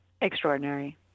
Extraordinary